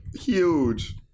huge